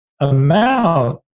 amount